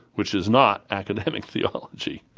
which is not academic theology.